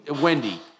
Wendy